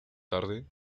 tarde